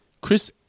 Chris